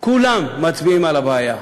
כולם מצביעים על הבעיה.